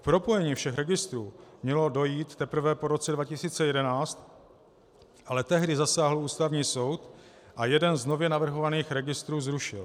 K propojení všech registrů mělo dojít teprve po roce 2011, ale tehdy zasáhl Ústavní soud a jeden z nově navrhovaných registrů zrušil.